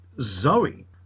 Zoe